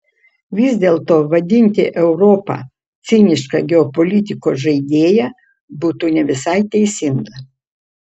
vis dėlto vadinti europą ciniška geopolitikos žaidėja būtų ne visai teisinga